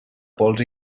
pols